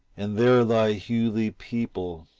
and there lie hughley people,